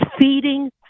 feeding